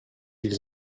ils